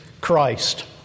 Christ